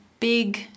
Big